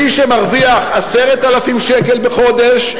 מי שמרוויח 10,000 שקל בחודש,